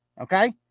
Okay